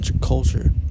culture